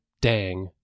Dang